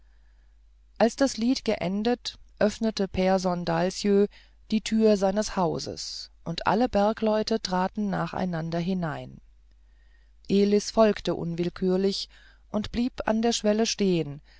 als das lied geendet öffnete pehrson dahlsjö die türe seines hauses und alle bergleute traten nacheinander hinein elis folgte unwillkürlich und blieb an der schwelle stehen